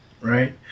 Right